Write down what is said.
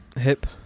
hip